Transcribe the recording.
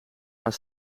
haar